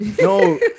No